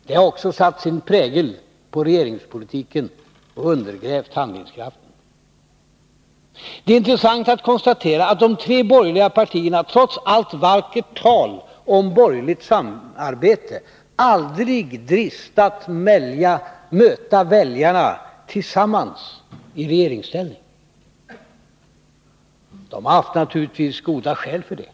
Det har också satt sin prägel på regeringspolitiken och undergrävt handlingskraften. Det är intressant att konstatera att de tre borgerliga partierna, trots allt vackert tal om borgerligt samarbete, aldrig dristat sig till att möta väljarna tillsammans i regeringsställning. De har naturligtivs haft goda skäl för detta.